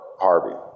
Harvey